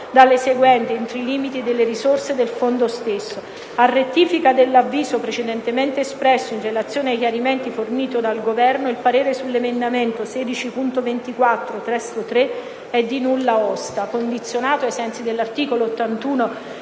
delle seguenti: "entro i limiti delle risorse del fondo stesso". A rettifica dell'avviso precedentemente espresso, in relazione ai chiarimenti fomiti dal Governo, il parere sull'emendamento 16.24 (testo 3), è di nulla osta, condizionato, ai sensi dell'articolo 81